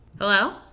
Hello